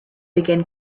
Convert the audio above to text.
began